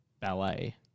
ballet